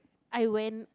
I went